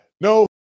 No